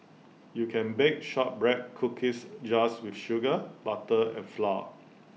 you can bake Shortbread Cookies just with sugar butter and flour